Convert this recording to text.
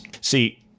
See